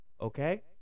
Okay